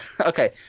okay